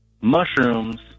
mushrooms